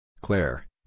Claire